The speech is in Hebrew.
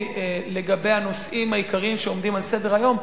לגבי הנושאים העיקריים שעומדים על סדר-היום,